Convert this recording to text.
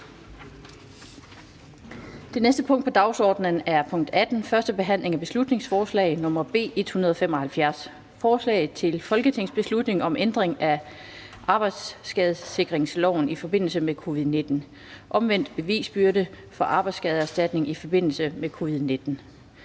Det næste punkt på dagsordenen er: 18) 1. behandling af beslutningsforslag nr. B 175: Forslag til folketingsbeslutning om ændring af arbejdsskadesikringsloven i forbindelse med covid-19. (Omvendt bevisbyrde for arbejdsskadeerstatning i forbindelse med covid-19).